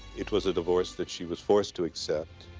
it was a divorce that she was forced to accept